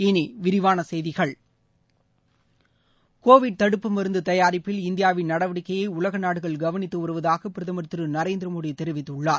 இனி விரிவான செய்திகள் கோவிட் தடுப்பு மருந்து தயாரிப்பில் இந்தியாவின் நடவடிக்கைகளை உலக நாடுகள் கவனித்து வருவதாக பிரதமர் திரு நரேந்திரமோடி தெரிவித்துள்ளார்